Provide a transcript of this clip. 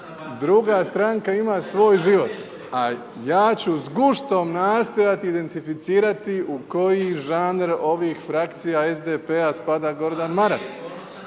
Druga stranka ima svoj život. A ja ću s guštom nastojati identificirati u koji žanr ovih frakcija SDP-a spada Gordan Maras.